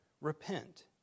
repent